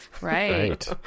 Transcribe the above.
right